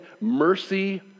mercy